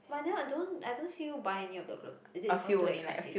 but then I don't I don't see you buy any of the clothes is it cause too expensive